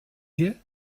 here